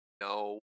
No